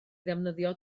ddefnyddio